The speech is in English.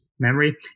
Memory